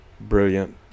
brilliant